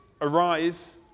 arise